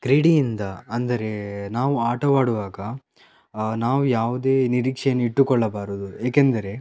ಕ್ರೀಡೆಯಿಂದ ಅಂದರೆ ನಾವು ಆಟವಾಡುವಾಗ ನಾವು ಯಾವುದೇ ನಿರೀಕ್ಷೆಯನ್ನು ಇಟ್ಟುಕೊಳ್ಳಬಾರದು ಏಕೆಂದರೆ